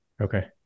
Okay